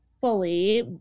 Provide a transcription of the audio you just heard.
fully